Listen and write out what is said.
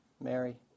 Mary